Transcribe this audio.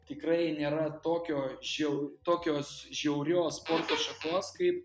tikrai nėra tokio žiau tokios žiaurios sporto šakos kaip